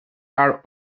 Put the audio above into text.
are